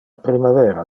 primavera